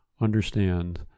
understand